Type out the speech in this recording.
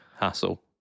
hassle